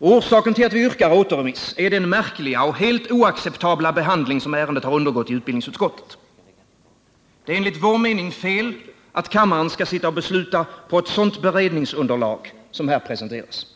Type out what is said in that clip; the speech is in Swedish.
Orsaken till att vi yrkar återremiss är den märkliga och helt oacceptabla behandling som ärendet undergått i utbildningsutskottet. Det är enligt vår mening fel att kammaren skall sitta och besluta på ett sådant beredningsunderlag som här presenteras.